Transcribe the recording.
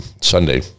Sunday